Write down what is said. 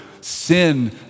sin